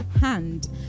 hand